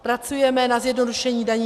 Pracujeme na zjednodušení daní.